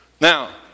Now